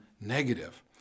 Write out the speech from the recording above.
negative